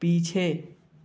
पीछे